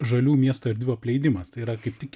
žalių miesto erdvių apleidimas tai yra kaip tik